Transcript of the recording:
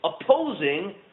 opposing